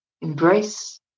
embrace